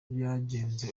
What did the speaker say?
byagenze